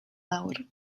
lawr